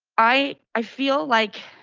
i i feel like